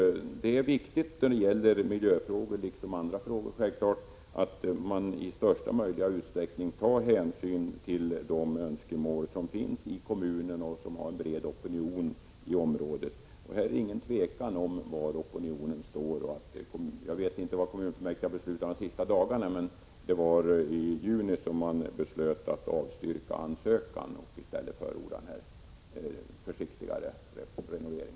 Det är viktigt när det gäller miljöfrågorna liksom alla andra frågor att man i största möjliga utsträckning tar hänsyn till de önskemål som finns i kommunen och som har en bred opinion i området bakom sig. Här är det ingen tvekan om var opinionen står. Jag vet inte vad kommunfullmäktige har beslutat de senaste dagarna, men i juni beslöt man att avstyrka ansökan och i stället förorda en försiktigare renovering.